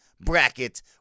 bracket